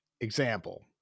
example